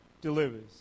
delivers